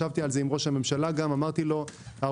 ישבתי גם עם ראש הממשלה ואמרתי לו שהאוצר